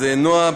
אז נועה,